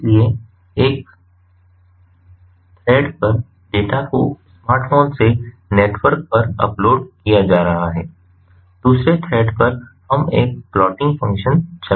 इसलिए एक थ्रेड पर डेटा को स्मार्टफ़ोन से नेटवर्क पर अपलोड किया जा रहा है दूसरे थ्रेड पर हम एक प्लॉटिंग फ़ंक्शन चला रहे हैं